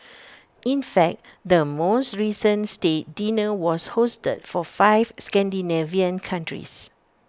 in fact the most recent state dinner was hosted for five Scandinavian countries